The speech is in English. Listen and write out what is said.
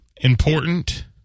important